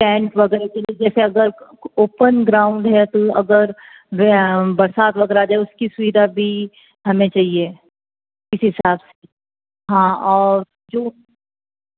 tent वगैरह के लिए जैसे अगर ओपन ग्राउन्ड है तो अगर ब बरसात वगैरह आ जाए उसकी सुविधा भी हमें चाहिए इस हिसाब से हाँ और जो